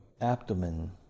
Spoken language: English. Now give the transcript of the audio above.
abdomen